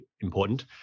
important